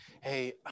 hey